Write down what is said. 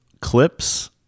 clips